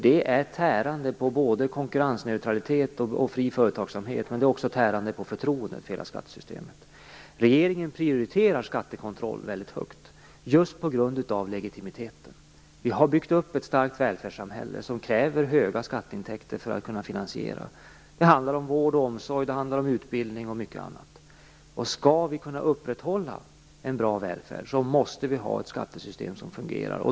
Det är tärande på både konkurrensneutralitet och fri företagsamhet, men det är också tärande på förtroendet för hela skattesystemet. Regeringen prioriterar skattekontrollen väldigt högt just på grund av legitimiteten. Vi har byggt upp ett starkt välfärdssamhälle som kräver höga skatteintäkter för att kunna finansiera vård, omsorg, utbildning och mycket annat. Skall vi kunna upprätthålla en bra välfärd, måste vi ha ett skattesystem som fungerar.